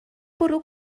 bwrw